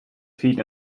feet